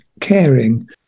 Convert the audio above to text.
caring